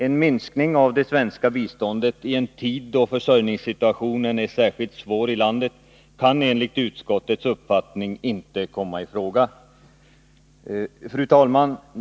En minskning av det svenska biståndet i en tid då försörjningssituationen i landet är särskilt svår kan enligt utskottets uppfattning inte komma i fråga. Fru talman!